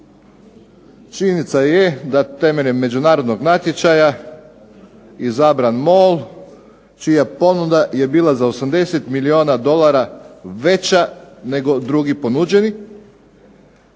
činjenica je da je temeljem međunarodno natječaja izabran MOL čija ponuda je bila za 80 milijuna dolara veća nego dugi ponuđeni